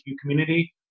community